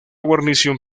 guarnición